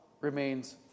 remains